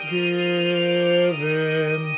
given